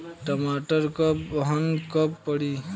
टमाटर क बहन कब पड़ी?